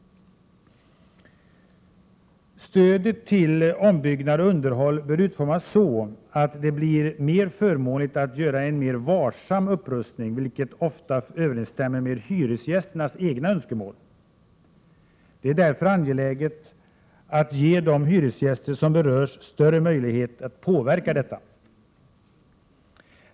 Stödet till ombyggnad och underhåll bör utformas så att det blir mer förmånligt att göra en mera varsam upprustning, vilket ofta överensstämmer med hyresgästernas egna önskemål. Det är därför angeläget att ge de hyresgäster som berörs större möjligheter att påverka detta.